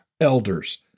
elders